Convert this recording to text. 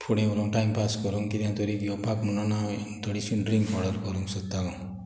फुडें व्हरूंक टायमपास करूंक किदें तरी घेवपाक म्हणोन हांव थोडीशी ड्रिंक ऑर्डर करूंक सोदतालो